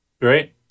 Great